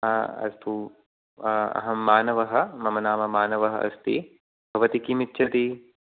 अस्तु अहं मानवः मम नाम मानवः अस्ति भवती किम् इच्छति